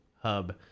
hub